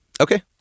Okay